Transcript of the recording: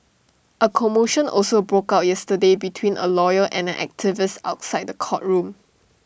A commotion also broke out yesterday between A lawyer and an activist outside the courtroom